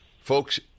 Folks